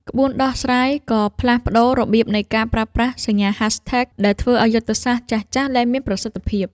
ក្បួនដោះស្រាយក៏ផ្លាស់ប្តូររបៀបនៃការប្រើប្រាស់សញ្ញា Hashtags ដែលធ្វើឱ្យយុទ្ធសាស្ត្រចាស់ៗលែងមានប្រសិទ្ធភាព។